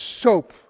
soap